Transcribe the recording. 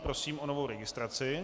Prosím o novou registraci.